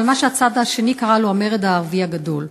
אבל מה שהצד השני קרא לו המרד הערבי הגדול.